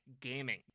gaming